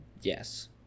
Yes